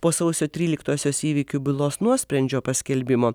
po sausio tryliktosios įvykių bylos nuosprendžio paskelbimo